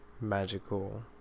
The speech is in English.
Magical